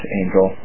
angel